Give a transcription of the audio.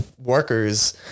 workers